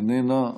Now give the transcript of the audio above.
איננה.